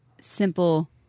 simple